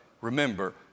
remember